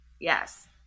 Yes